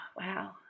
wow